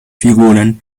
figuran